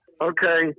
Okay